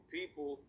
people